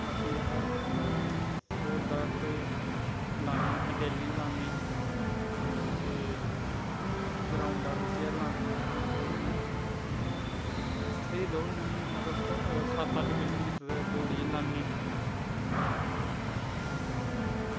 बाकी अस दौड़ दाड़ते लीन्ने डेल्ली लान्ने ते ग्राउंडै च गै लान्ने ऐं इयां स्हेई दौड़नें होनें मतलव सत्त अट्ठ किलो मीटर दौड़ी गै लैन्ने